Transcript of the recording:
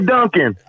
Duncan